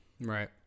Right